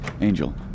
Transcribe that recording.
Angel